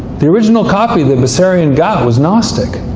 the original copy that vissarion got was gnostic.